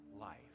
life